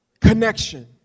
connection